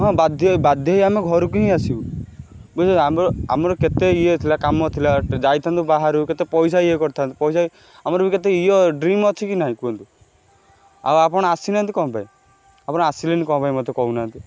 ହଁ ବାଧ୍ୟ ହେଇ ବାଧ୍ୟ ହେଇ ଆମେ ଘରକୁ ହିଁ ଆସିବୁ ବୁଝିଲ ଆମର ଆମର କେତେ ଇଏ ଥିଲା କାମ ଥିଲା ଯାଇଥାଆନ୍ତୁ ବାହାରକୁ କେତେ ପଇସା ଇଏ କରିଥାଆନ୍ତୁ ପଇସା ଇଏ ଆମର ବି କେତେ ଇଏ ଡ୍ରିମ୍ ଅଛି କି ନାହିଁ କୁହନ୍ତୁ ଆଉ ଆପଣ ଆସିନାହାନ୍ତି କ'ଣ ପାଇଁ ଆପଣ ଆସିଲେନି କ'ଣ ପାଇଁ ମୋତେ କହୁନାହାନ୍ତି